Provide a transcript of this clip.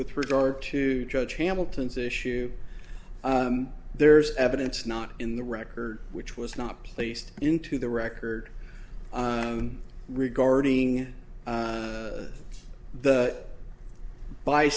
with regard to judge hamilton's issue there's evidence not in the record which was not placed into the record regarding the b